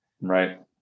right